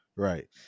right